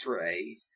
Ray